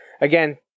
Again